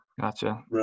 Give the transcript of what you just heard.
Gotcha